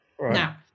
now